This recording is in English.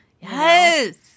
yes